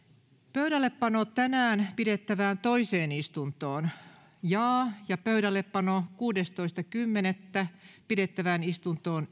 pöydällepano tänään pidettävään toiseen istuntoon jaa pöydällepano kuudestoista kymmenettä pidettävään istuntoon